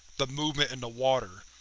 the movement in the water.